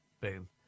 Boom